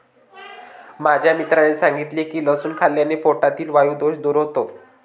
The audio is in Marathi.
माझ्या मित्राने सांगितले की लसूण खाल्ल्याने पोटातील वायु दोष दूर होतो